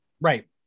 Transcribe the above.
right